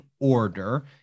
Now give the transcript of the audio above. order